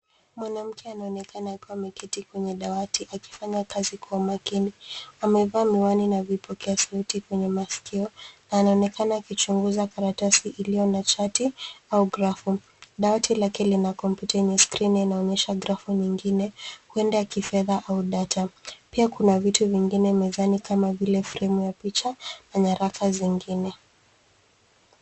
Mwanamke anaonekana akiwa ameketi kwenye dawati akifanya kazi kwa makini. Amevaa miwani na vipokea sauti kwenye masikio na anaonekana akichunguza karatasi iliyo na chati au grafu. Dawati lake lina kompyuta yenye skrini inaonyesha grafu nyingine huenda ya kifedha au data. Pia kuna vitu vingine mezani kama fremu ya picha na nyaraka zingine.